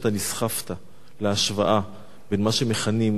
להשוואה בין מה שמכנים "היישובים הבלתי-מוכרים",